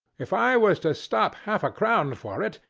if i was to stop half-a-crown for it,